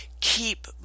keep